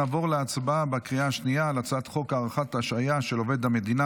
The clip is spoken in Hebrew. נעבור להצבעה בקריאה שנייה על הצעת חוק הארכת השעיה של עובד המדינה